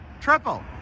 triple